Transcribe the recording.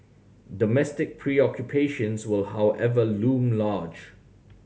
domestic preoccupations will however loom large